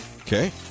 Okay